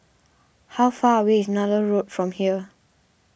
how far away is Nallur Road from here